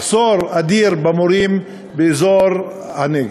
מחסור אדיר במורים באזור הנגב.